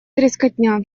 трескотня